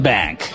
Bank